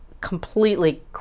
completely